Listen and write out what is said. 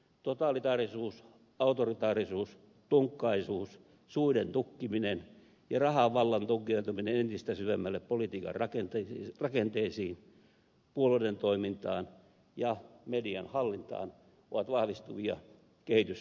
totalitaarisuus autoritaarisuus tunkkaisuus suiden tukkiminen ja rahan vallan tunkeutuminen entistä syvemmälle politiikan rakenteisiin puolueiden toimintaan ja median hallintaan ovat vahvistuvia kehityssuuntia